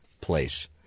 place